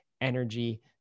energy